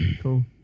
cool